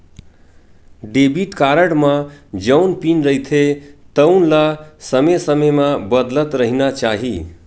debit card म जउन pin रहिथे तउन ल समे समे म बदलत रहिना चाही